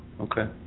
Okay